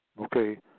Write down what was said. Okay